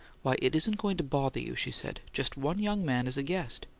why, it isn't going to bother you, she said just one young man as a guest.